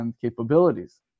capabilities